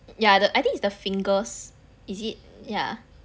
yeah the I think it's the fingers is it yeah